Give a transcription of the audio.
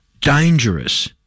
dangerous